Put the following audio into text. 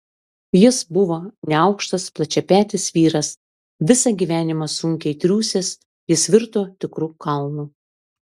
jis buvo neaukštas plačiapetis vyras visą gyvenimą sunkiai triūsęs jis virto tikru kalnu